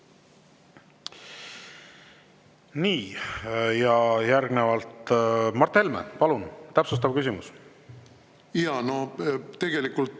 küsimus. Järgnevalt, Mart Helme, palun, täpsustav küsimus. Jaa, no tegelikult